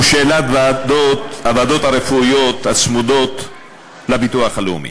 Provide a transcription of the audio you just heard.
היא שאלת הוועדות הרפואיות הצמודות לביטוח הלאומי.